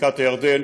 בקעת הירדן,